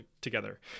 together